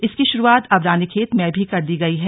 इसकी शुरूआत अब रानीखेत में भी कर दी गई है